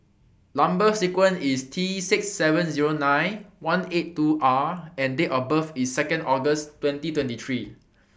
Number sequence IS T six seven Zero nine one eight two R and Date of birth IS two August twenty twenty three